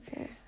Okay